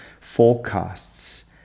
forecasts